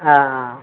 ആ